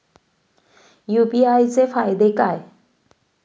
UPI चे फायदे काय?